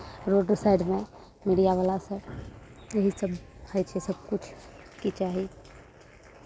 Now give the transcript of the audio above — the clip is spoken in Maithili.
रोडो साइडमे मीडियावला सभ यहीसभ होइ छै सभकिछु की चाही